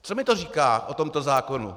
Co mi to říká o tomto zákonu?